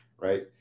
right